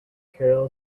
carol